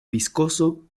viscoso